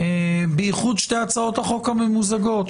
בייחוד שתי הצעות החוק הממוזגות,